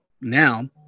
Now